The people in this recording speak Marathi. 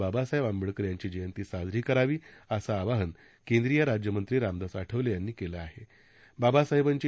बाबासाहेब आंबेडकर यांची जयंती साजरी करावी असं आवाहन केंद्रीय राज्यमंत्री रामदास आठवले यांनी केलं आहेबाबासाहेबांची